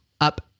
Up